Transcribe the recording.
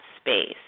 space